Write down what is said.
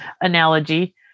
analogy